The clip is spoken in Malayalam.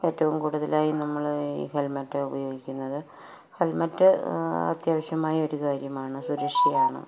ഏറ്റവും കൂടുതലായി നമ്മള് ഈ ഹെൽമറ്റ് ഉപയോഗിക്കുന്നത് ഹെൽമറ്റ് അത്യാവശ്യമായ ഒരു കാര്യമാണ് സുരക്ഷയാണ്